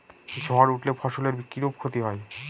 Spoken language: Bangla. ঝড় উঠলে ফসলের কিরূপ ক্ষতি হয়?